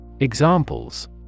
Examples